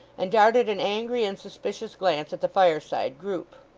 and darted an angry and suspicious glance at the fireside group.